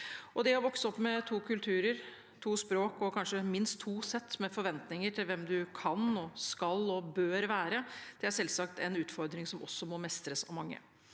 Det å vokse opp med to kulturer, to språk og kanskje minst to sett med forventninger til hvem man kan og skal og bør være, er selvsagt en utfordring som også må mestres av mange.